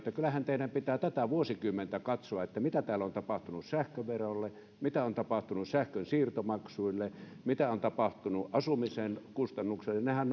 kyllähän teidän pitää tätä vuosikymmentä katsoa mitä täällä on tapahtunut sähköverolle mitä on tapahtunut sähkönsiirtomaksuille mitä on tapahtunut asumisen kustannuksille nehän